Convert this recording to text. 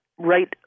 right